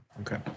Okay